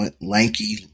lanky